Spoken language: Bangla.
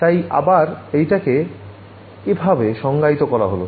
তাই আবার এইটাকে এভাবে সংজ্ঞায়িত করা হল